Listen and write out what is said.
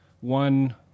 One